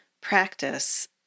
practice